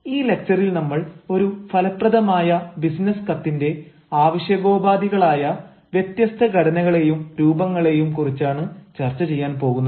ഈ ലക്ച്ചറിൽ നമ്മൾ ഒരു ഫലപ്രദമായ ബിസിനസ് കത്തിന്റെ ആവശ്യകോപാധികളായ വ്യത്യസ്ത ഘടനകളെയും രൂപങ്ങളെയും കുറിച്ചാണ് ചർച്ച ചെയ്യാൻ പോകുന്നത്